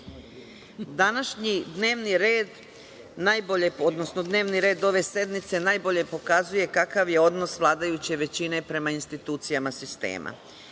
Današnji dnevni red, odnosno dnevni red ove sednice najbolje pokazuje kakav je odnos vladajuće većine prema institucijama sistema. Prvo